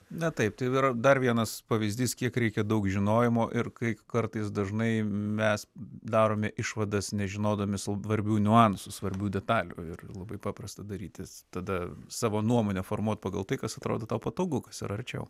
na taip tai yra dar vienas pavyzdys kiek reikia daug žinojimo ir kaip kartais dažnai mes darome išvadas nežinodami svarbių niuansų svarbių detalių ir labai paprasta darytis tada savo nuomonę formuot pagal tai kas atrodo tau patogu kas yra arčiau